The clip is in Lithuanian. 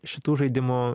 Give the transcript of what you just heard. šitų žaidimų